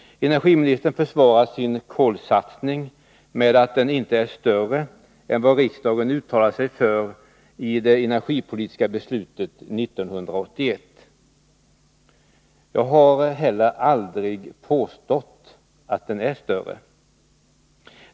Energiministern försvarar sin kolsatsning med att den inte är större än vad riksdagen uttalade sig för i det energipolitiska beslutet 1981. Jag har heller aldrig påstått att den är större.